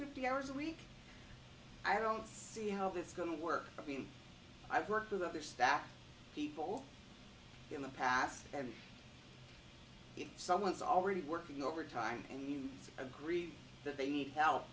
fifty hours a week i don't see how this is going to work i mean i've worked with other staff people in the past and if someone's already working overtime and you agree that they need help